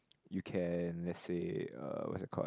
you can let's say uh what's that called